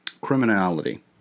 criminality